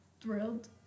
thrilled